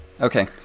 Okay